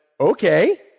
okay